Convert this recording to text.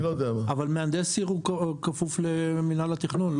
אבל מהנדס עיר הוא כפוף למינהל התכנון,